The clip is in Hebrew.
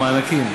המענקים.